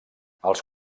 els